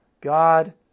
God